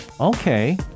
okay